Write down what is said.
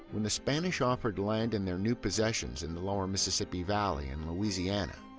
when the spanish offered land in their new possessions in the lower mississippi valley and louisiana,